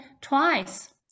twice